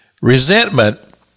Resentment